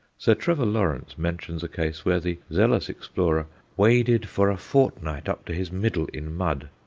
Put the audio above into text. sir trevor lawrence mentions a case where the zealous explorer waded for a fortnight up to his middle in mud,